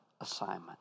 assignment